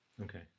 Okay